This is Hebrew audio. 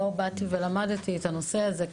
לא באתי ולמדתי את הנושא הזה,